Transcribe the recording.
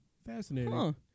Fascinating